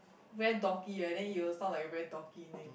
very dorky leh then you will sound like a very dorky name